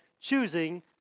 choosing